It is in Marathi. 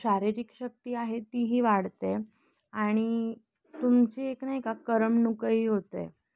शारीरिक शक्ती आहे तीही वाढते आणि तुमची एक नाही का करमणुकही होते